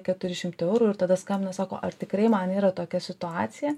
keturi šimtai eurų ir tada skambina sako ar tikrai man yra tokia situacija